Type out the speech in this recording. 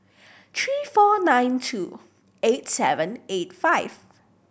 three four nine two eight seven eight five